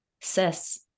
sis